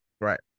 Right